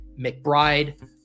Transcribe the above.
McBride